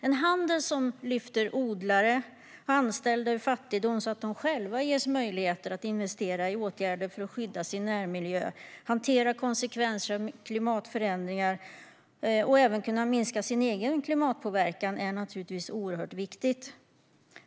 En handel som lyfter odlare och anställda ur fattigdom så att de själva ges möjligheter att investera i åtgärder för att skydda sin närmiljö, hantera konsekvenser av klimatförändringar och även minska sin egen klimatpåverkan är naturligtvis oerhört viktigt.